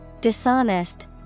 Dishonest